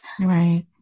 Right